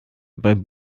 beim